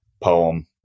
poem